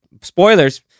spoilers